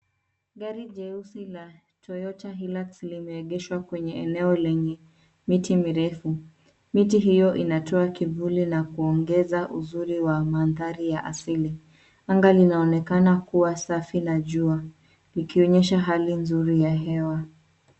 Gari jeusi la Toyota Hilux limeegeshwa kwenye eneo lenye miti mirefu. Miti hiyo inatoa kivuli na kuongeza uzuri wa mandhari ya asili anga linaonekana kuwa safi na jua likionyesha hali nzuri ya hewa.